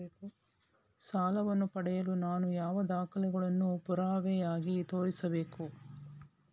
ಸಾಲವನ್ನು ಪಡೆಯಲು ನಾನು ಯಾವ ದಾಖಲೆಗಳನ್ನು ಪುರಾವೆಯಾಗಿ ತೋರಿಸಬೇಕು?